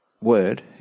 word